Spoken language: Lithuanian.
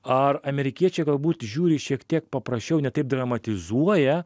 ar amerikiečiai galbūt žiūri šiek tiek paprasčiau ne taip dramatizuoja